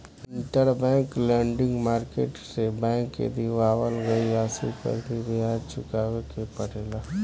interbank lending market से bank के दिअवावल गईल राशि पर भी ब्याज चुकावे के पड़ेला